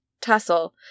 tussle